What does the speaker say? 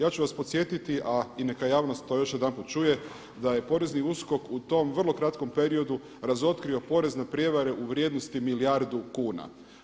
Ja ću vas podsjetiti, a i neka javnost to još jedanput čuje da je porezni USKOK u tom vrlo kratkom periodu razotkrio porezne prijevare u vrijednosti milijardu kuna.